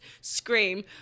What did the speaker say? scream